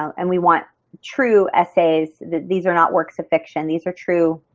and we want true essays. these are not works of fiction. these are true